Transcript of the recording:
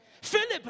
philip